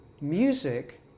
music